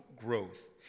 growth